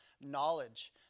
knowledge